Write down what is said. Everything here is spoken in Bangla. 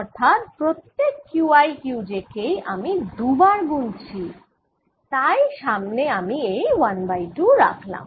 অর্থাৎ প্রত্যেক Q i Q j কেই আমি দুবার গুনছি তাই সামনে আমি এই 1বাই 2 রাখলাম